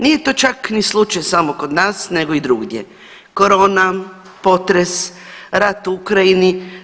Nije to čak ni slučaj samo kod nas, nego i drugdje corona, potres, rat u Ukrajini.